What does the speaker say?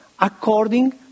According